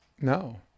no